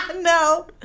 No